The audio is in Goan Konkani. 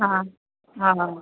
आं आहां